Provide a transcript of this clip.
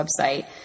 website